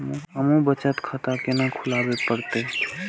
हमू बचत खाता केना खुलाबे परतें?